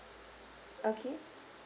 okay